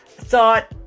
thought